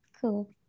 Cool